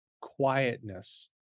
quietness